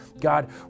God